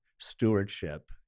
stewardship